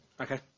Okay